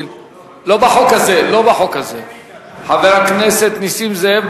חבר הכנסת נסים זאב,